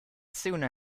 sooner